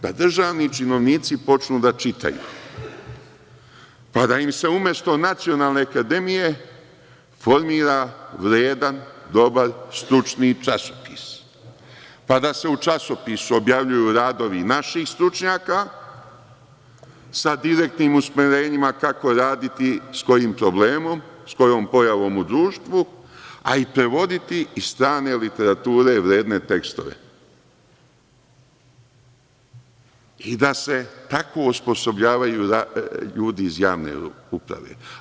Da državni činovnici počnu da čitaju, pa da im se umesto Nacionalne akademije formira vredan, dobar, stručni časopis, pa da se u časopisu objavljuju radovi naših stručnjaka sa direktnim usmerenjima kako raditi sa kojim problemom, sa kojom pojavom u društvu, a prevoditi strane literature, vredne tekstove i da se tako osposobljavaju ljudi iz javne uprave.